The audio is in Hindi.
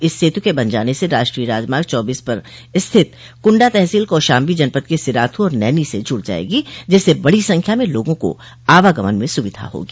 इस सेतु के बन जाने से राष्ट्रीय राजमार्ग चौबीस पर स्थित कुंडा तहसील कौशाम्बी जनपद के सिराथू और नैनी से जुड़ जायेगी जिससे बड़ी संख्या में लोगों को आवागमन में सुविधा होगी